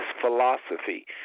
philosophy